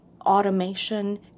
Automation